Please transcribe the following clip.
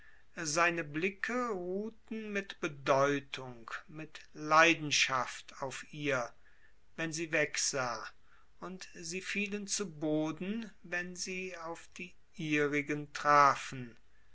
seine blicke ruhten mit bedeutung mit leidenschaft auf ihr wenn sie wegsah und sie fielen zu boden wenn sie auf die ihrigen trafen